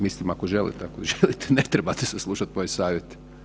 Mislim ako želite, ako ne želite ne trebate saslušati moj savjet.